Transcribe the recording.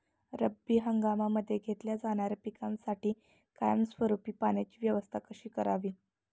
रब्बी हंगामामध्ये घेतल्या जाणाऱ्या पिकांसाठी कायमस्वरूपी पाण्याची व्यवस्था कशी करावी?